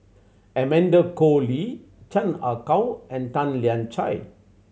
Amanda Koe Lee Chan Ah Kow and Tan Lian Chye